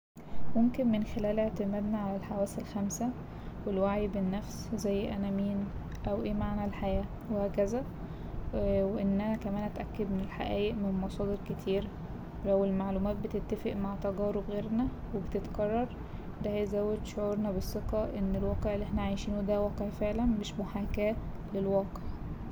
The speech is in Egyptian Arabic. ممكن من خلال اعتمادنا على الحواس الخمسة والوعي بالنفس زي أنا مين أو ايه معني الحياة وهكذا وإن أنا كمان أتأكد من الحقايق من مصادر كتير ولو المعلومات بتتفق مع تجارب غيرنا وبتتكرر ده هيزود شعورنا بالثقة إن الواقع اللي احنا عايشينه ده واقع فعلا مش محاكاة للواقع.